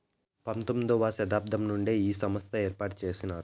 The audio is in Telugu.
పంతొమ్మిది వ శతాబ్దం నుండే ఈ సంస్థను ఏర్పాటు చేసినారు